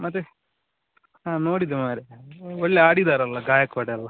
ಮತ್ತೆ ಹಾಂ ನೋಡಿದೆ ಮರ್ರೆ ಒಳ್ಳೆ ಆಡಿದ್ದಾರಲ್ಲ ಗಾಯಕ್ವಾಡ್ ಎಲ್ಲ